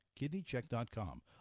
kidneycheck.com